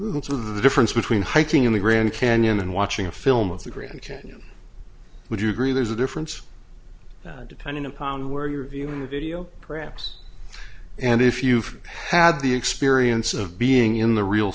into the difference between hiking in the grand canyon and watching a film of the grand canyon would you agree there's a difference depending upon where you're viewing the video perhaps and if you've had the experience of being in the real